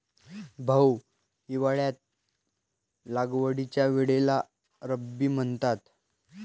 भाऊ, हिवाळ्यात लागवडीच्या वेळेला रब्बी म्हणतात